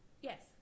Yes